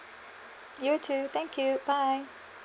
you too thank you bye